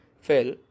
fell